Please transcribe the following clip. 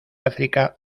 áfrica